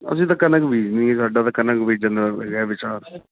ਅਸੀਂ ਤਾਂ ਕਣਕ ਬੀਜਣੀ ਹੈ ਸਾਡਾ ਤਾਂ ਕਣਕ ਬੀਜਣ ਦਾ ਹੈਗਾ ਵਿਚਾਰ